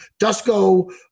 Dusko